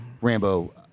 Rambo